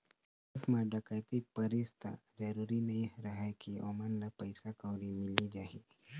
bank म डकैती परिस त जरूरी नइ रहय के ओमन ल पइसा कउड़ी मिली जाही